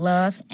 Love